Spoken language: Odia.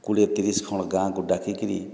କୋଡ଼ିଏ ତିରିଶ୍ ଖଣ୍ଡ୍ ଗାଁକୁ ଡ଼ାକିକିରି